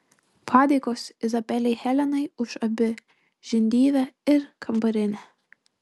padėkos izabelei helenai už abi žindyvę ir kambarinę